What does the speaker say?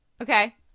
Okay